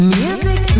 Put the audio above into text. music